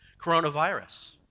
coronavirus